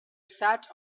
sat